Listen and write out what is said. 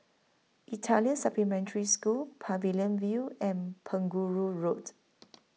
Italian Supplementary School Pavilion View and Penjuru Road